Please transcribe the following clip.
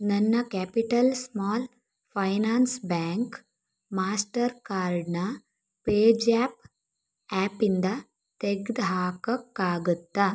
ನನ್ನ capital small finance bank master ಕಾರ್ಡ್ನ pay zapp ಆ್ಯಪಿಂದ ತೆಗ್ದು ಹಾಕೋಕ್ಕಾಗುತ್ತ